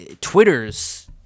Twitter's